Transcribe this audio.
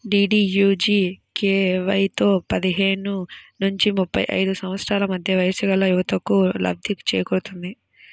డీడీయూజీకేవైతో పదిహేను నుంచి ముప్పై ఐదు సంవత్సరాల మధ్య వయస్సుగల యువతకు లబ్ధి చేకూరుతుంది